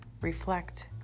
Reflect